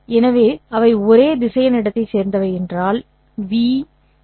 எனவே அவை ஒரே திசையன் இடத்தைச் சேர்ந்தவை என்றால் 'v